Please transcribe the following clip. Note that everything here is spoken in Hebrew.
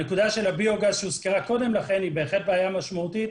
הנקודה של הביוגז שהוזכרה קודם היא בהחלט בעיה משמעותית.